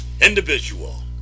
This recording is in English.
individual